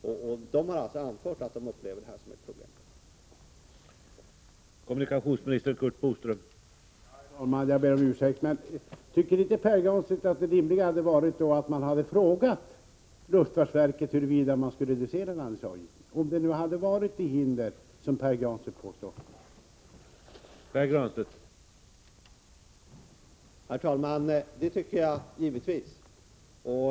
Dessa personer har alltså anfört att de uppfattar landningsavgifterna som ett problem.